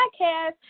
Podcast